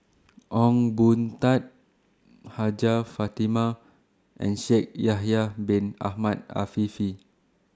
Ong Boon Tat Hajjah Fatimah and Shaikh Yahya Bin Ahmed Afifi